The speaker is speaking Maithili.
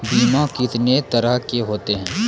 बीमा कितने तरह के होते हैं?